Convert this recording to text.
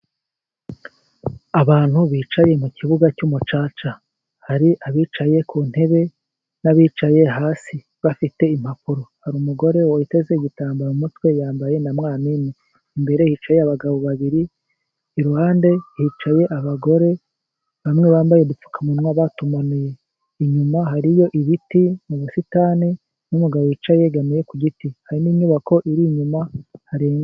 Abantu bicaye mu kibuga cy'umucaca hari abicaye ku ntebe n'abicaye hasi bafite impapuro. Hari umugore wayiteze igitambaro mu mutwe yambaye na mwamine imbere hicaye abagabo babiri, iruhande hicaye abagore bamwe bambaye udupfukamunwa batumanuye. Inyuma hariyo ibiti mu busitani n'umugabo wicaye yegamiye ku giti hari n'inyubako iri inyuma harenga.